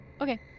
okay